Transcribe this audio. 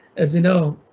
as you know,